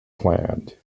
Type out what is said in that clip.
planned